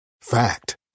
Fact